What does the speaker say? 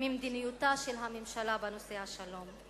ממדיניותה של הממשלה בנושא השלום,